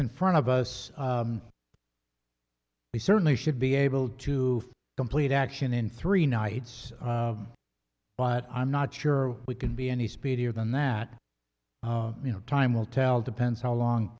in front of us we certainly should be able to complete action in three nights but i'm not sure we can be any speedier than that you know time will tell depends how long